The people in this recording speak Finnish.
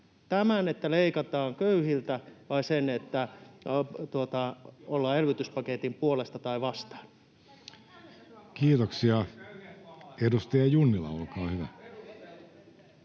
tätä, että leikataan köyhiltä, vai sitä, että ollaan elvytyspaketin puolesta tai sitä vastaan? Kiitoksia. — Edustaja Junnila, olkaa hyvä.